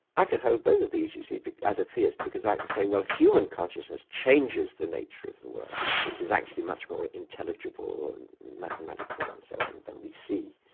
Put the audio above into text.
i can hold both of these you see as a theist because i can say well, human consciousness changes the nature of the world which is actually much more intelligible and mathematical and so on than we see,